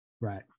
Right